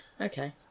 Okay